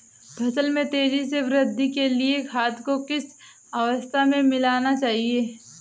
फसल में तेज़ी से वृद्धि के लिए खाद को किस अवस्था में मिलाना चाहिए?